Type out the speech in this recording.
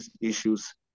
issues